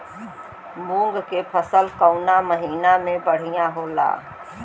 मुँग के फसल कउना महिना में बढ़ियां होला?